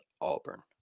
Auburn